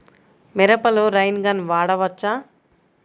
మిరపలో rain gun వాడవచ్చా?